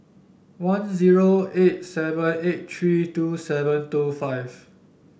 one zero eight seven eight three two seven two five